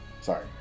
sorry